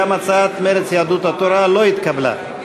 גם הצעת מרצ, יהדות התורה לא התקבלה.